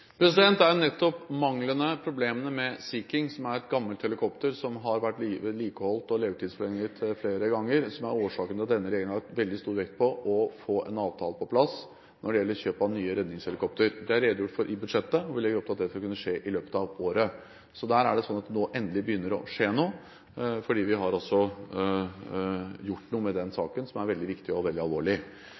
er jo nettopp manglene ved og problemene med Sea King – et gammelt helikopter som har blitt vedlikeholdt og levetidsforlenget flere ganger – som er årsaken til at denne regjeringen har lagt veldig stor vekt på å få på plass en avtale når det gjelder kjøp av nye redningshelikoptre. Det er redegjort for i budsjettet. Vi legger opp til at det skal kunne skje i løpet av året. Nå begynner det endelig å skje noe, fordi vi har gjort noe med denne saken, som er veldig viktig og veldig alvorlig.